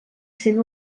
sent